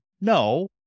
no